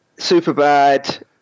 Superbad